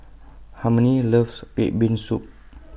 Harmony loves Red Bean Soup